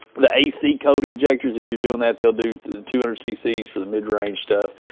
the ac code injectors, if you're doing that, they'll do two hundred cc's for the mid-range stuff.